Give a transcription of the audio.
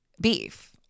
beef